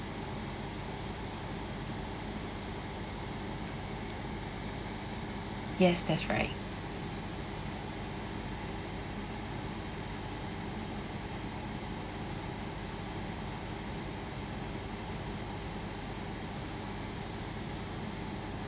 yes that's right